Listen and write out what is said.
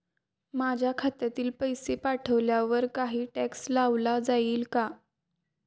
माझ्या खात्यातील पैसे पाठवण्यावर काही टॅक्स लावला जाईल का?